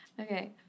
Okay